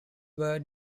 were